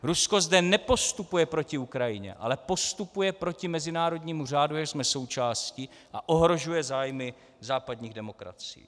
Rusko zde nepostupuje proti Ukrajině, ale postupuje proti mezinárodnímu řádu, jehož jsme součástí, a ohrožuje zájmy západních demokracií.